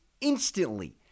instantly